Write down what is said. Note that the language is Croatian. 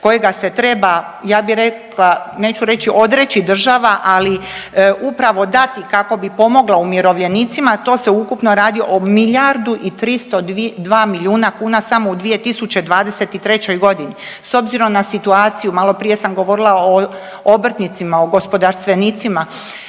kojega se treba ja bi rekla, neću reći odreći država, ali upravo dati kako bi pomogla umirovljenicima to se ukupno radi o milijardu i 302 milijuna kuna samo u 2023. godini. S obzirom na situaciju, malo prije sam govorila o obrtnicima, o gospodarstvenicima,